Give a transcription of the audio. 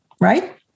right